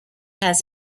has